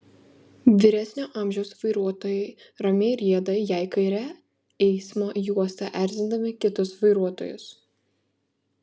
vyresnio amžiaus vairuotojai ramiai rieda jei kaire eismo juosta erzindami kitus vairuotojus